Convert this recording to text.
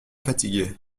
fatigué